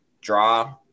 draw